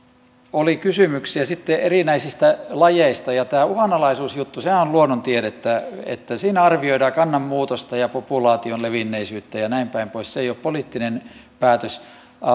oli kysymyksiä sitten erinäisistä lajeista tämä uhanalaisuusjuttuhan on luonnontiedettä siinä arvioidaan kannan muutosta ja populaation levinneisyyttä ja näinpäin pois se ei ole poliittinen päätös